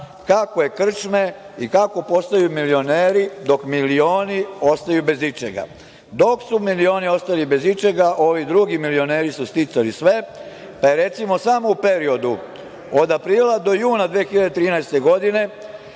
kako je krčme i kako postaju milioneri, dok milioni ostaju bez ičega. Dok su milioni ostajali bez ičega, ovi drugi, milioneri, su sticali sve. Recimo, samo u periodu od aprila do juna 2013. godine